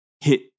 hit